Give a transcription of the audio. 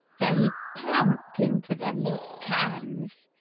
they plumped into the milk-cans,